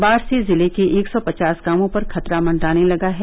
बाढ़ से जिले के एक सौ पचास गांवों पर खतरा मंडराने लगा है